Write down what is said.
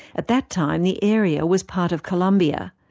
at that time the area was part of colombia.